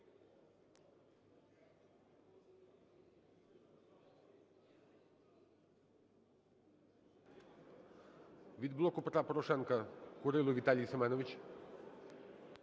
Від "Блоку Петра Порошенка" Курило Віталій Семенович.